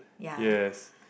yes